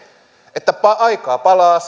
että aikaa palaa